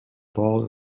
ball